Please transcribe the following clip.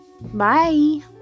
Bye